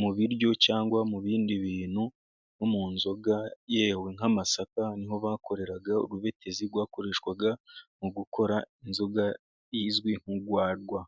mu biryo cyangwa mu bindi bintu，nko mu nzoga yewe， nk'amasaka， ni ho bakorera urubetezi，rwakoreshwaga mu gukora inzoga izwi nk'urwagwa.